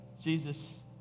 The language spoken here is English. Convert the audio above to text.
Jesus